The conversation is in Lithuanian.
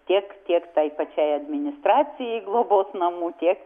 tiek tiek tai pačiai administracijai globos namų tiek